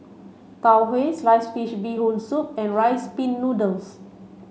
Tau Huay sliced fish bee hoon soup and rice pin noodles